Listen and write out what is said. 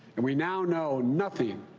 and we now know nothing,